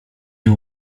nim